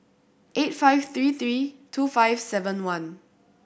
eight five three three two five seven one